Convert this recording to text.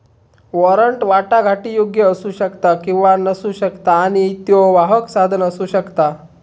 warrant वाटाघाटीयोग्य असू शकता किंवा नसू शकता आणि त्यो वाहक साधन असू शकता